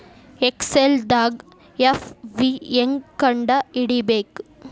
ಎಕ್ಸೆಲ್ದಾಗ್ ಎಫ್.ವಿ ಹೆಂಗ್ ಕಂಡ ಹಿಡಿಬೇಕ್